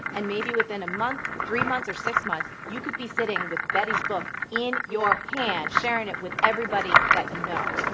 and maybe within a month, three months, or six months, you could be sitting with betty's book in your hand, sharing it with everybody that you know.